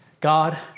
God